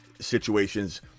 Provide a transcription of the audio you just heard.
situations